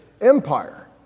empire